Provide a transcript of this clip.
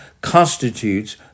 constitutes